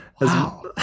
Wow